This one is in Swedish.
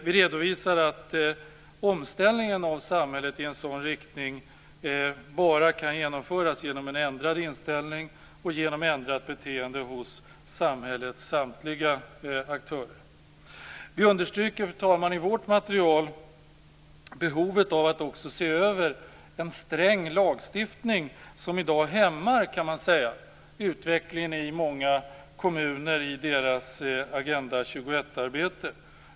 Vi redovisar att omställningen av samhället i en sådan riktning bara kan genomföras med hjälp av en ändrad inställning och ett ändrat beteende hos samhällets samtliga aktörer. Vi understryker behovet av att se över en sträng lagstiftning som i dag hämmar utvecklingen i många kommuner i deras Agenda 21-arbete.